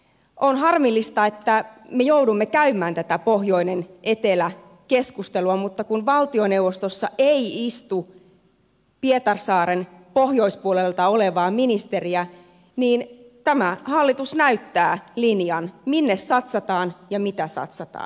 on harmillista että me joudumme käymään tätä pohjoinenetelä keskustelua mutta kun valtioneuvostossa ei istu pietarsaaren pohjoispuolelta olevaa ministeriä niin tämä hallitus näyttää linjan minne satsataan ja mitä satsataan